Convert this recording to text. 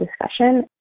discussion